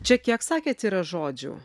čia kiek sakėt yra žodžių